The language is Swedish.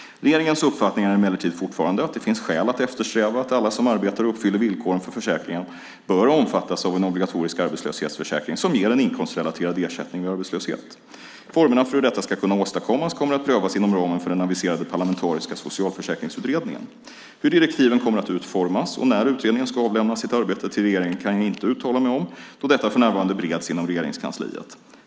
Regeringens uppfattning är emellertid fortfarande att det finns skäl att eftersträva att alla som arbetar och uppfyller villkoren för försäkringen bör omfattas av en obligatorisk arbetslöshetsförsäkring som ger en inkomstrelaterad ersättning vid arbetslöshet. Formerna för hur detta ska kunna åstadkommas kommer att prövas inom ramen för den aviserade parlamentariska socialförsäkringsutredningen. Hur direktiven kommer att utformas och när utredningen ska avlämna sitt arbete till regeringen kan jag inte uttala mig om då detta för närvarande bereds inom Regeringskansliet.